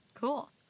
Cool